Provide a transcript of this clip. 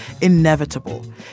inevitable